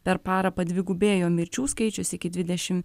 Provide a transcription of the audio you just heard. per parą padvigubėjo mirčių skaičius iki dvidešim